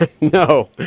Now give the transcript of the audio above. No